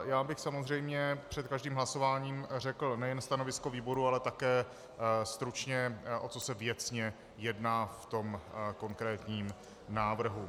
Já bych samozřejmě před každým hlasováním řekl nejen stanovisko výboru, ale také stručně, o co se věcně jedná v tom konkrétním návrhu.